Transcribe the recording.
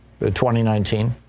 2019